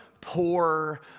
poor